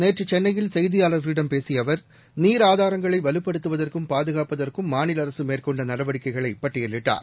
நேற்றுசென்னையில் செய்தியாளர்களிடம் பேசியஅவர் நீர் ஆதாரங்களைவலுப்படுத்துவதற்கும் பாதுகாப்பதற்கும் மாநிலஅரசுமேற்கொண்டநடவடிக்கைகளைபட்டியலிட்டார்